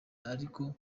ariko